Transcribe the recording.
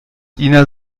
ina